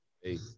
Hey